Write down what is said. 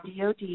DOD